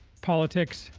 politics,